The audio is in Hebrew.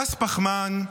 מס פחמן,